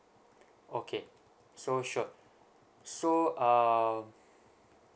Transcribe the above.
okay so sure so um